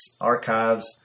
archives